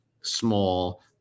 small